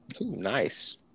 Nice